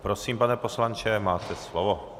Prosím, pane poslanče, máte slovo.